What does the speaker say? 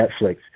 Netflix